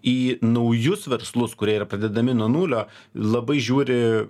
į naujus verslus kurie yra pradedami nuo nulio labai žiūri